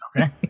okay